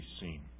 seen